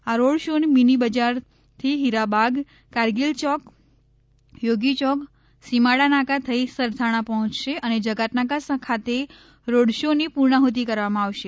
આ road show mini બજારથી ફીરાબાગ કારગીલયોક યોગીયોક સીમાડાનાકા થઈ સરથાણા પહોચશે અને જકાતનાકા ખાતે રોડ શોની પૂર્ણાહ્તિ કરવામાં આવશે